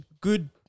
good